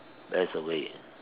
there's a way